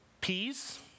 Peas